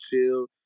chill